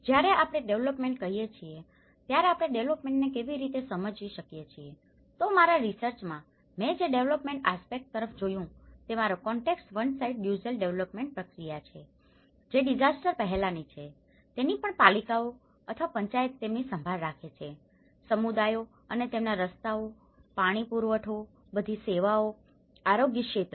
જ્યારે આપણે ડેવેલપમેન્ટ કહીએ છીએ ત્યારે આપણે ડેવેલપમેન્ટને કેવી રીતે સમજી શકીએ છીએતો મારા રીસર્ચમાં મેં જે ડેવેલપમેન્ટ આસ્પેક્ટ તરફ જોયું તે મારો context one side usual development પ્રક્રિયા છે જે ડીઝાસ્ટર પહેલાની છે તેની પણ પાલિકાઓ અથવા પંચાયત તેમની સંભાળ રાખે છે સમુદાયો અને તેમના રસ્તાઓ પાણી પુરવઠોબધી સેવાઓ આરોગ્ય ક્ષેત્ર